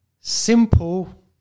simple